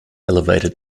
elevated